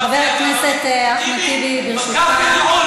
טיבי, חבר הכנסת אחמד טיבי, בבקשה.